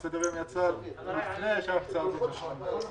נצרף אותה לסדר-היום עכשיו, כי הצמדנו אותה אתמול.